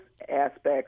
aspects